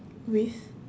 with